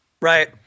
Right